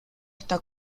está